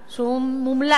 שהוא מומלץ